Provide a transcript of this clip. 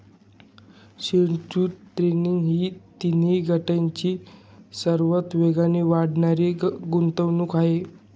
securities trading ही तिन्ही गटांची सर्वात वेगाने वाढणारी गुंतवणूक आहे